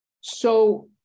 So-